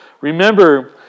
Remember